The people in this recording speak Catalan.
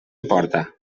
emporta